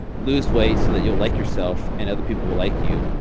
lose weight so that you'll like yourself and other people will like you.